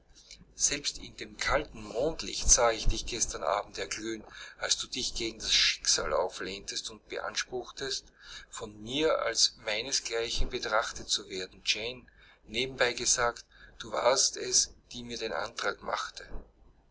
selbst in dem kalten mondlicht sah ich dich gestern abend erglühen als du dich gegen das schicksal auflehntest und beanspruchtest von mir als meines gleichen betrachtet zu werden jane nebenbei gesagt du warst es die mir den antrag machte